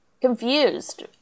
confused